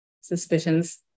suspicions